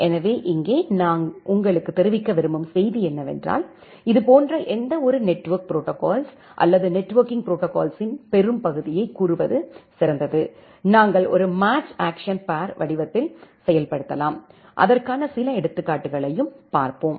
எனவே இங்கே நான் உங்களுக்கு தெரிவிக்க விரும்பும் செய்தி என்னவென்றால் இதுபோன்ற எந்தவொரு நெட்வொர்க் ப்ரோடோகால்ஸ் அல்லது நெட்வொர்க்கிங் ப்ரோடோகால்ஸ்யின் பெரும்பகுதியைக் கூறுவது சிறந்தது நாங்கள் ஒரு மேட்ச் ஆஃக்சன் பேர் வடிவத்தில் செயல்படுத்தலாம் அதற்கான சில எடுத்துக்காட்டுகளையும் பார்ப்போம்